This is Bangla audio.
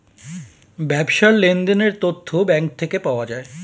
ব্যবসার লেনদেনের তথ্য ব্যাঙ্ক থেকে পাওয়া যায়